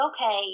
okay